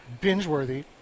Binge-worthy